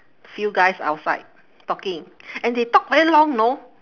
few guys outside talking and they talk very long know